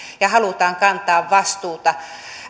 ja halutaan kantaa vastuuta